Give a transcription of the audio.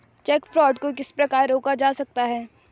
Check fraud को किस प्रकार रोका जा सकता है?